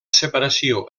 separació